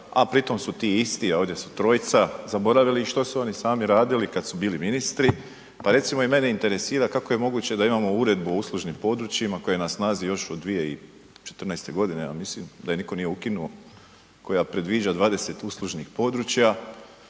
a pritom su ti isti, ovdje su trojica, zaboravili što su oni sami radili kad su bili ministri. Pa recimo i mene interesira kako je moguće da imamo uredbu o uslužnim područjima koja je na snazi još od 2014. godine ja mislim da je nitko nije ukinuo, koja predviđa 20 uslužnih područja